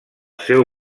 seu